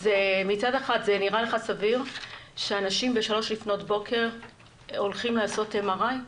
אז מצד אחד זה נראה לך סביר שאנשים ב-3:00 לפנות בוקר הולכים לעשות MRI,